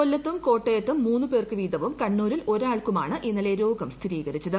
കൊല്ലത്തും കോട്ടയത്തിൽ മൂന്ന് പേർക്ക് വീതവും കണ്ണൂരിൽ ഒരാൾക്കുമാണ് ഇന്നല്ലിര്യോഗം സ്ഥിരീകരിച്ചത്